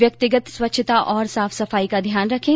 व्यक्तिगत स्वच्छता और साफ सफाई का ध्यान रखें